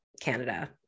canada